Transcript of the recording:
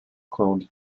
cloned